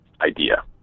idea